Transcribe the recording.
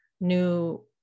new